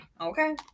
Okay